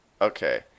okay